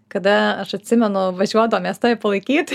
kada aš atsimenu važiuodavom mes tave palaikyt